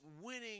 winning